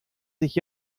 sich